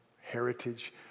heritage